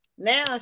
Now